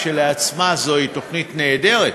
כשלעצמה זוהי תוכנית נהדרת,